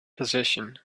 position